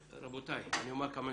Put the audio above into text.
רבותיי, אני אומר כמה